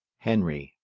henry,